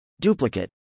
duplicate